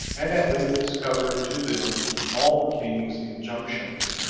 and at length discovered to them all the king's injunctions,